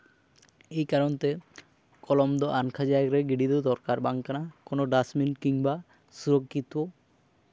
ᱮᱭ ᱠᱟᱨᱚᱱ ᱛᱮ ᱠᱚᱞᱚᱢ ᱫᱚ ᱟᱱᱠᱷᱟ ᱡᱟᱭᱜᱟ ᱨᱮ ᱜᱤᱰᱤ ᱫᱚ ᱫᱚᱨᱠᱟᱨ ᱵᱟᱝ ᱠᱟᱱᱟ ᱠᱚᱱᱳ ᱰᱟᱥᱴᱵᱤᱱ ᱠᱤᱢᱵᱟ ᱥᱩᱨᱚᱠᱷᱤᱛᱚ